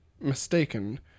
mistaken